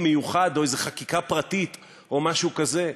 מיוחד או איזה חקיקה פרטית או משהו כזה?